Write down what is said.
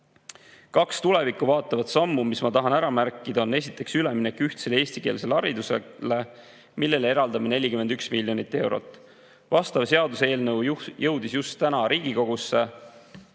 Kaks tulevikku vaatavat sammu, mis ma tahan ära märkida. Esiteks, üleminek ühtsele eestikeelsele haridusele, millele eraldame 41 miljonit eurot. Vastav seaduseelnõu jõudis just täna Riigikogusse.